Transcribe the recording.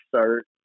start